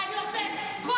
אני יוצאת, אני יוצאת.